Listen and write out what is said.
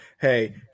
hey